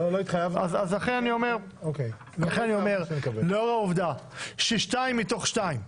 אז לכן אני אומר לאור העובדה ששתיים מתוך שתיים,